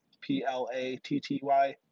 P-L-A-T-T-Y